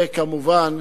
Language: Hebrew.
וכמובן,